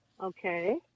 Okay